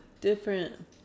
different